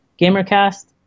GamerCast